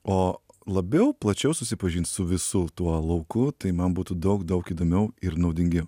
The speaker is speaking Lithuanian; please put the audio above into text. o labiau plačiau susipažint su visu tuo lauku tai man būtų daug daug įdomiau ir naudingiau